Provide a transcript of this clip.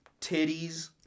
titties